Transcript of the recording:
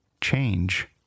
change